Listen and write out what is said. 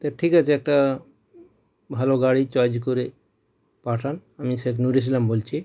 তা ঠিক আছে একটা ভালো গাড়ি চয়েস করে পাঠান আমি বলছি